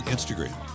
Instagram